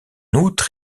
outre